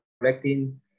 collecting